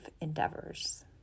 endeavors